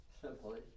Simply